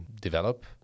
develop